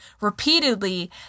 repeatedly